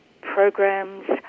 programs